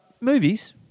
movies